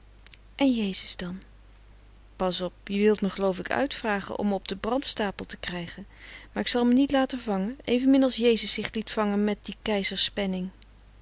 en jezus dan pas op je wilt me geloof ik uitvragen om me op den brandstapel te krijgen maar ik zal me niet laten vangen evenmin als jezus zich liet vangen met den